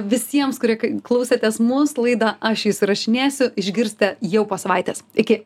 visiems kurie klausėtės mus laidą aš įrašinėsiu išgirsite jau po savaitės iki